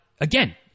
again